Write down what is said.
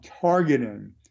targeting